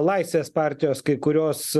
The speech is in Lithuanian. laisvės partijos kai kuriuos